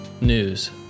news